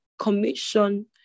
commission